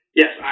yes